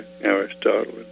Aristotle